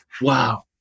Wow